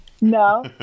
no